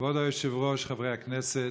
כבוד היושב-ראש, חברי הכנסת,